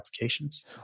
applications